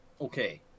okay